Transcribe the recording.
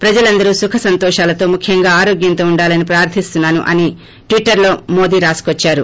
ప్రజలందరూ సుఖ సంతోషాలతో ముఖ్యంగా ఆరోగ్యంతో వుండాలని ప్రార్దిస్తున్నాను అని ట్విటర్లో మోదీ రాసుకోద్చారు